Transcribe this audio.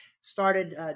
started